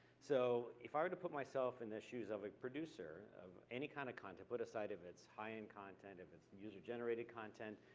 so if i were to put myself in the shoes of a producer of any kind of content. put aside if it's high end content, if it's and user generated content.